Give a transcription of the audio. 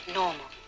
normal